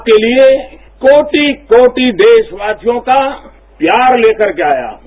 आपके लिए कोटि कोटि देशवासियों का प्यार लेकर के आया हूं